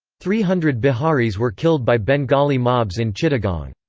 three hundred biharis were killed by bengali mobs in chittagong.